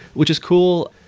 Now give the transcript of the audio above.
which is cool.